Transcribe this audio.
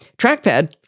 Trackpad